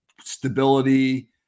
stability